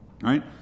right